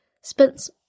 spent